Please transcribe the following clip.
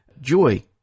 joy